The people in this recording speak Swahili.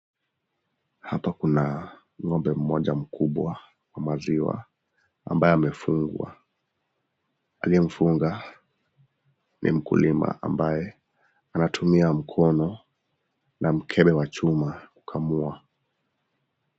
Hapa kuna ngombe mmoja mkubwa wa maziwa ambaye amefungwa . Aliyemfunga ni mkulima ambaye anatumia mkono na mkebe wa chuma kukamua.